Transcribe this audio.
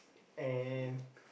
and